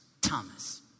Thomas